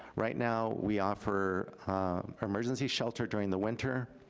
right now, we offer emergency shelter during the winter,